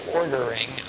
ordering